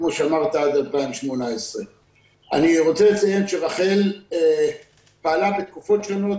וכמו שאמרת עד 2018. אני רוצה לציין שרח"ל פעלה בתקופות שונות